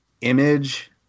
image